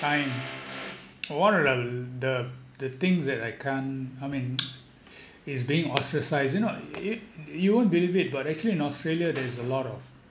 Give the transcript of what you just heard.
time one of the the the things that I can't I mean it's being ostracized you know you you won't believe it but actually in australia there is a lot of